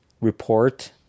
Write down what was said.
report